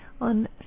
on